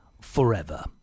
forever